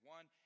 One